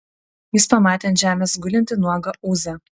jis pamatė ant žemės gulintį nuogą ūzą